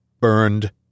burned